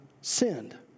sinned